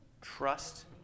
Trust